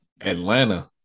Atlanta